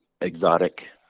exotic